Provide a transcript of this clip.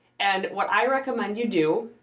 and, what i recommend you do,